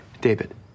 David